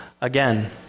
again